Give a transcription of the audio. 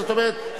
זאת אומרת,